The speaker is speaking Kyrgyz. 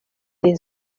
ден